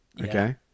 okay